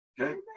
okay